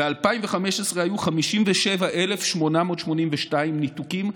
ב-2015 היו 57,882 ניתוקים.